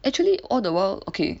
actually all the while okay